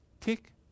tick